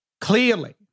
Clearly